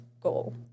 goal